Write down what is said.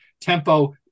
Tempo